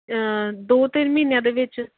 ਦੋ ਤਿੰਨ ਮਹੀਨਿਆਂ ਦੇ ਵਿੱਚ